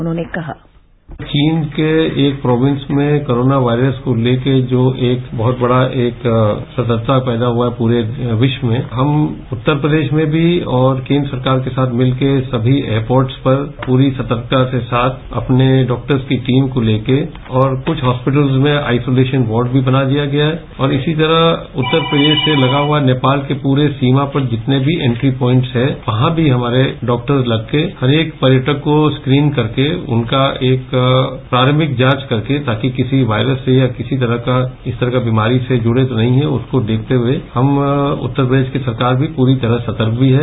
उन्होंने कहा चीन के एक प्रोविन्स में कोरोना वायरस को ले के जो एक बहुत बढ़ा सतर्कता पैरा हुआ है पूरे विश्व में हम उत्तर प्रदेश में भी और केन्द्र सरकार के साथ मिल के सभी एयरपोर्ट्स पूरी सतर्कता के साथ अपने डॉक्टर्स की टीम को ले के और कृष्ठ हास्पिटल्स में आईसोलेशन वार्ड भी बना दिया गया है और इसी तरह से उत्तर प्रदेश से लगा हुया नेपाल के पूरे सीमा पर जो भी इन्ट्री पाइन्ट्स हैं वहां भी हमारे डॉक्टर्स लग के हर एक पर्यटक को स्क्रीन करके उनका एक प्रारम्भिक जांच करके ताकि उनका किसी वायस से या किसी तरह के बीमारी से पुड़े तो नहीं है को रेखते हुए हम उत्तर प्रदेश की सरकार पूरी तरह से सतर्क है